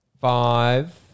five